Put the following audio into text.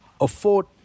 afford